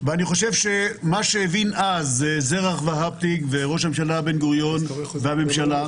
אני חושב שמה שהבין אז זרח ורהפטיג וראש הממשלה בן גוריון והממשלה,